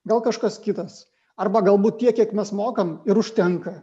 gal kažkas kitas arba galbūt tiek kiek mes mokam ir užtenka